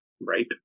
Right